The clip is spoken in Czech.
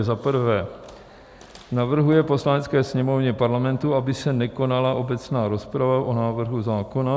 I. navrhuje Poslanecké sněmovně Parlamentu, aby se nekonala obecná rozprava o návrhu zákona;